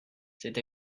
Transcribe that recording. c’est